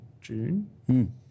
June